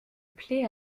plais